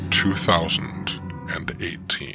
2018